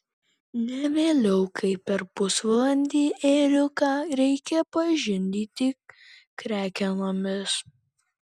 ne vėliau kaip per pusvalandį ėriuką reikia pažindyti krekenomis